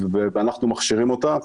ואנחנו מכשירים אותם.